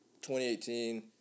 2018